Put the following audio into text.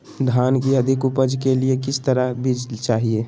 धान की अधिक उपज के लिए किस तरह बीज चाहिए?